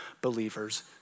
believers